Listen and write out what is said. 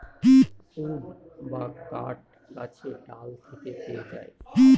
would বা কাঠ গাছের ডাল থেকে পেয়ে থাকি